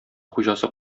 хуҗасы